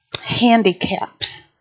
handicaps